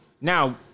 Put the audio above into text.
Now